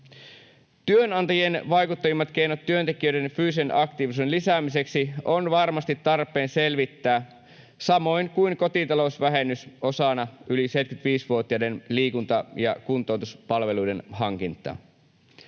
Työnantajien vaikuttavimmat keinot työntekijöiden fyysisen aktiivisuuden lisäämiseksi on varmasti tarpeen selvittää, samoin kuin kotitalousvähennys osana yli 75-vuotiaiden liikunta- ja kuntoutuspalveluiden hankintaa.